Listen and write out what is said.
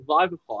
Vivify